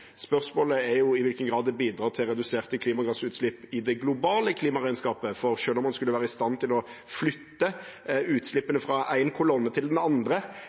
Spørsmålet er i hvilken grad det bidrar til reduserte klimagassutslipp i det globale klimaregnskapet. Selv om man skulle være i stand til å flytte utslippene fra én kolonne til